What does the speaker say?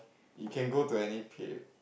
you can go to any pay~